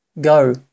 Go